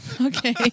Okay